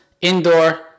indoor